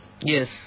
Yes